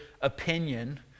opinion